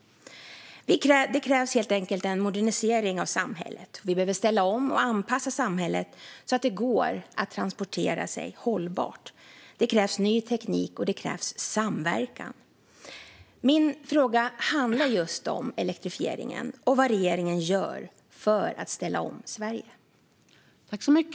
Det krävs helt enkelt en modernisering av samhället. Vi behöver ställa om och anpassa samhället så att det går att transportera sig hållbart. Det krävs ny teknik, och det krävs samverkan. Min fråga handlar just om elektrifieringen och om vad regeringen gör för att ställa om Sverige.